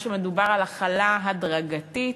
מדובר שם על החלה הדרגתית,